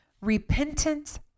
Repentance